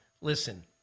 listen